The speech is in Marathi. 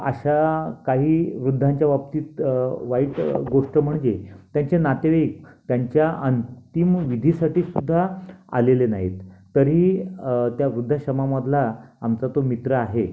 अशा काही वृद्धांच्या बाबतीत वाईट गोष्ट म्हणजे त्यांचे नातेवाईक त्यांच्या अंतिम विधीसाठीसुद्धा आलेले नाहीत तरीही त्या वृद्धाश्रमामधला आमचा तो मित्र आहे